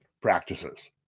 practices